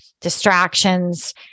distractions